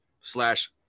slash